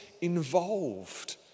involved